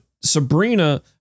Sabrina